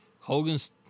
Hogan's